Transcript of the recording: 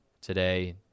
today